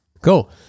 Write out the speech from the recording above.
cool